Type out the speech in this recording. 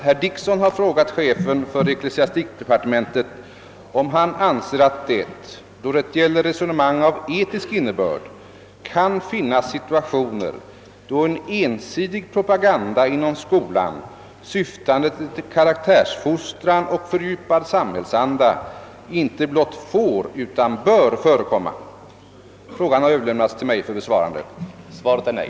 Herr Dickson har frågat chefen för ecklesiastikdepartementet, om han anser att det, då det gäller resonemang av etisk innebörd, kan finnas situationer då en ensidig propaganda inom skolan, syftande till karaktärsfostran och fördjupad samhällsanda, inte blott får utan bör förekomma. Frågan har överlämnats till mig för besvarande. Svaret är nej.